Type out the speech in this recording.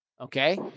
okay